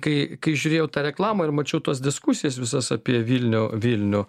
kai kai žiūrėjau tą reklamą ir mačiau tas diskusijas visas apie vilnių vilnių